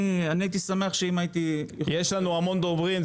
הייתי שמח שאם הייתי --- יש לנו המון דוברים,